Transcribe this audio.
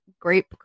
grape